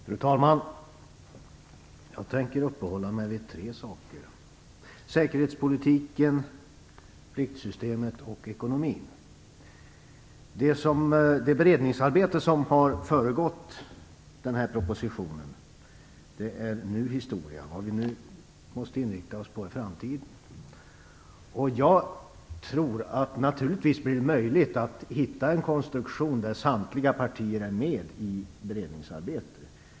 Fru talman! Jag tänker uppehålla mig vid tre områden - säkerhetspolitiken, pliktsystemet och ekonomin. Det beredningsarbete som har föregått den här propositionen är nu historia. Nu måste vi inrikta oss på framtiden. Jag tror att det naturligtvis kommer att bli möjligt att hitta en konstruktion där samtliga partier är med i beredningsarbetet.